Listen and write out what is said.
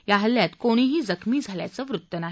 या हल्ल्यात कोणीही जखमी झाल्याचं वृत्त नाही